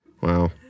wow